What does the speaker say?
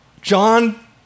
John